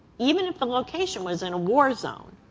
even if the location was in a war zone.